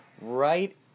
right